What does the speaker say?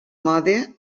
mode